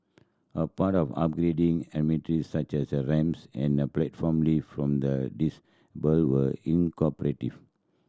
a part of upgrading amenities such as ramps and a platform lift from the disabled were